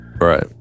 right